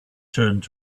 turned